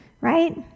right